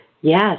yes